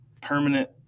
permanent